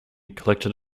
collected